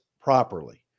properly